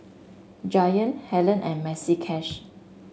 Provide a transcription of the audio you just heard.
Giant Helen and Maxi Cash